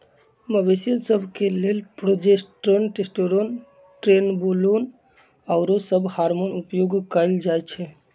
मवेशिय सभ के लेल प्रोजेस्टेरोन, टेस्टोस्टेरोन, ट्रेनबोलोन आउरो सभ हार्मोन उपयोग कयल जाइ छइ